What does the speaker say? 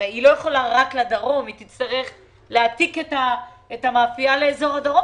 היא הרי לא יכולה רק לדרום והיא תצטרך להעתיק את המאפייה לאזור הדרום